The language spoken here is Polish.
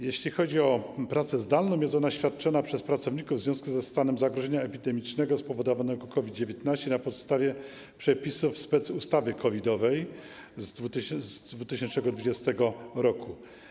Jeśli chodzi o pracę zdalną, to jest ona świadczona przez pracowników w związku ze stanem zagrożenia epidemicznego spowodowanego COVID-19 na podstawie przepisów specustawy COVID-owej z 2020 r.